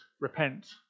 repent